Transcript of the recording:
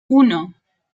uno